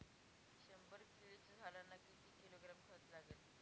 शंभर केळीच्या झाडांना किती किलोग्रॅम खत लागेल?